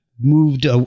Moved